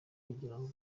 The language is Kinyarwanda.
kugirango